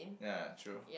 ya true